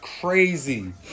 crazy